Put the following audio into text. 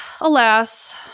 alas